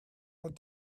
out